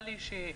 הקורונה,